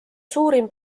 suurim